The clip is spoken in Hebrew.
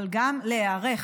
אבל גם להיערך,